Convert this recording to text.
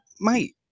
Mate